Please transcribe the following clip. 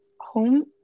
home